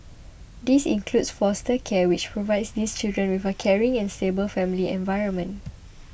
this includes foster care which provides these children with a caring and stable family environment